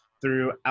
throughout